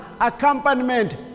accompaniment